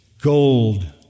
gold